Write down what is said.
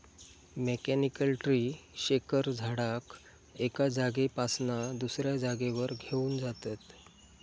mechanical tree shaker झाडाक एका जागेपासना दुसऱ्या जागेवर घेऊन जातत